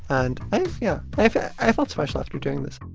and i yeah, i felt i felt special after doing this